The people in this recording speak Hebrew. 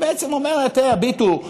שבעצם אומרת: הביטו,